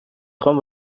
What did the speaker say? خوام